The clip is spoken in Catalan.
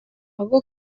vagó